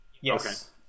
Yes